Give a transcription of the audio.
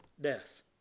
death